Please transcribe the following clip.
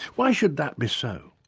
why should that be so?